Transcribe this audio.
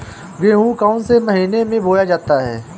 गेहूँ कौन से महीने में बोया जाता है?